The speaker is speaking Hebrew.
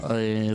הקבורה.